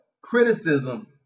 criticism